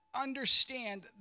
understand